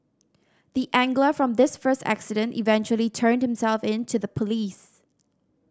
the angler from this first accident eventually turned himself in to the police